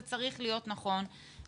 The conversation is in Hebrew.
זה צריך להיות נכון לכולם.